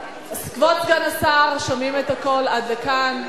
כבוד סגן השר, שומעים את הכול עד לכאן.